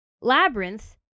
Labyrinth